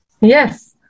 Yes